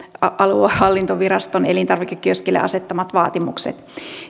aluehallintoviraston elintarvikekioskeille asettamat vaatimukset